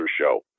show